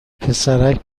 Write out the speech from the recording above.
پسرک